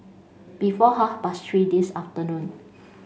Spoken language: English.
before half past three this afternoon